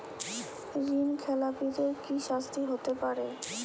ঋণ খেলাপিদের কি শাস্তি হতে পারে?